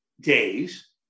days